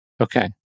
Okay